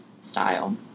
style